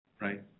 Right